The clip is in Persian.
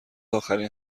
آخرین